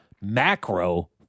macro